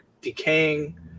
decaying